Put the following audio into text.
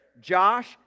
Josh